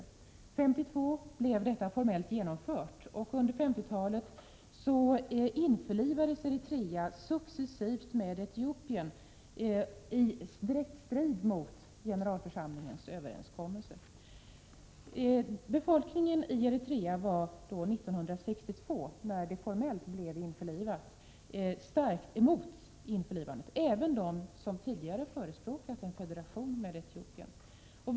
År 1952 blev detta formellt genomfört. Under 1950-talet införlivades Eritrea successivt i Etiopien, vilket strider direkt mot generalförsamlingens överenskommelse. Befolkningen i Eritrea var 1962, när Eritrea formellt blev införlivat, starkt emot införlivandet, även de som tidigare hade förespråkat en federation med Etiopien.